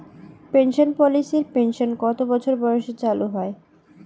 Pension পলিসির pension কত বছর বয়সে চালু হয়?